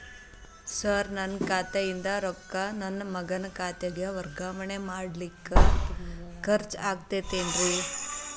Sir ನನ್ನ ಖಾತೆಯಿಂದ ರೊಕ್ಕ ನನ್ನ ಮಗನ ಖಾತೆಗೆ ವರ್ಗಾವಣೆ ಮಾಡಲಿಕ್ಕೆ ಖರ್ಚ್ ಆಗುತ್ತೇನ್ರಿ?